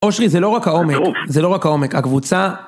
אושרי זה לא רק העומק, זה טירוף. זה לא רק העומק, הקבוצה...